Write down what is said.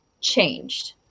changed